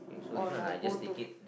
oh no go to